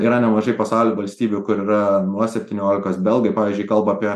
yra nemažai pasaulio valstybių kur yra nuo septyniolikos belgai pavyzdžiui kalba apie